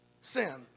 sin